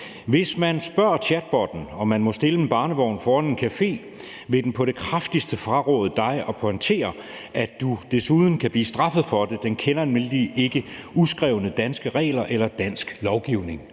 »Hvis man f.eks. spørger chatbotten, om man må stille en barnevogn foran en café, vil den på det kraftigste fraråde dig det og pointere, at du desuden kan blive straffet for det. Den kender ikke til de uskrevne danske regler eller dansk lovgivning.«